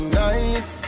nice